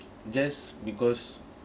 just because